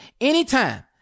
anytime